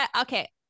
Okay